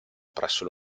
presso